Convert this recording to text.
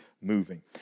moving